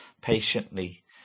patiently